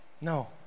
No